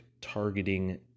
targeting